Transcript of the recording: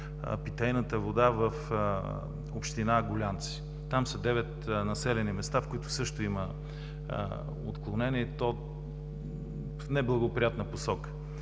питейната вода в община Гулянци. Там са девет населени места, в които също има отклонения, и то в неблагоприятна посока.